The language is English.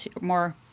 more